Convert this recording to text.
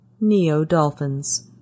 Neo-dolphins